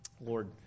Lord